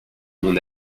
mon